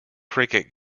cricket